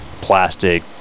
plastic